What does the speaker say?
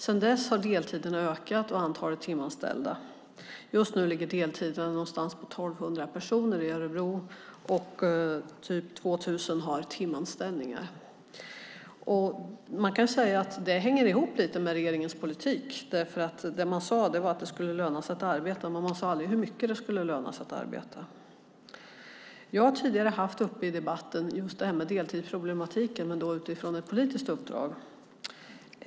Sedan dess har deltiderna och antalet timanställda ökat. Just nu ligger deltiderna någonstans på 1 200 personer i Örebro, och typ 2 000 har timanställningar. Man kan säga att det hänger ihop lite med regeringens politik. Det man sade var att det skulle löna sig att arbeta, men man sade aldrig hur mycket det skulle löna sig att arbeta. Jag har tidigare tagit upp deltidsproblematiken med ett politiskt uppdrag i debatten.